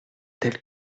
tel